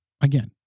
again